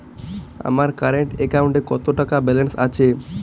আমার কারেন্ট অ্যাকাউন্টে কত টাকা ব্যালেন্স আছে?